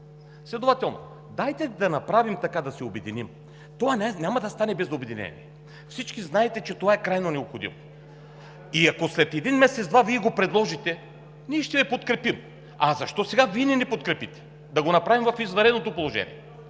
Следователно дайте да направим така, че да се обединим. Това няма да стане без обединение. Всички знаете, че това е крайно необходимо. И ако след един-два месеца Вие го предложите, ние ще Ви подкрепим. А защо сега Вие не ни подкрепите да го направим в извънредното положение?